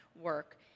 work